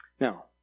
Now